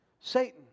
Satan